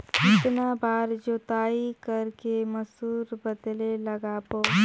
कितन बार जोताई कर के मसूर बदले लगाबो?